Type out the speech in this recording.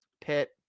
Pitt